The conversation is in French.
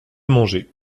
manger